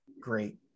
Great